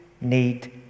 need